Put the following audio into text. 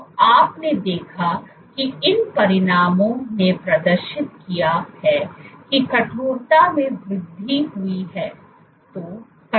तो आपने देखा कि इन परिणामों नें प्रदर्शित किया है कि कठोरता में वृद्धि हुई है